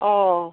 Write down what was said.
অঁ